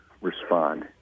respond